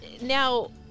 Now